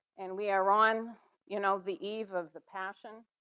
and we are on you know the eve of the passion,